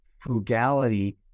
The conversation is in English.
frugality